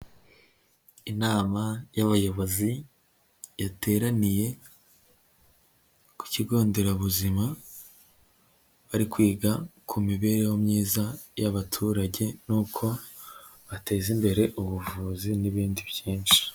Inama y'abayobozi yateraniye ku kigo nderabuzima bari kwiga ku mibereho myiza y'abaturage n'uko bateza imbere ubuvuzi n'ibindi byinshi.